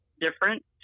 different